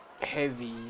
heavy